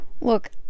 Look